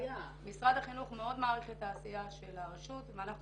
משרד החינוך מאוד מעריך את העשייה של הרשות ואנחנו